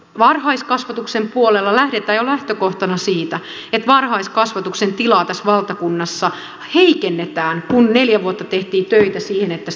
varhaiskasvatuksen puolella lähdetään jo lähtökohtana siitä että varhaiskasvatuksen tilaa tässä valtakunnassa heikennetään kun neljä vuotta tehtiin töitä sen eteen että sitä parannetaan